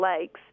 Lakes